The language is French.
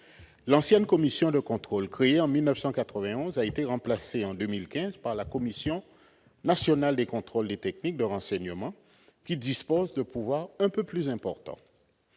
L'ancienne commission de contrôle, créée en 1991, a été remplacée en 2015 par la Commission nationale de contrôle des techniques de renseignement, qui dispose de pouvoirs un peu plus importants.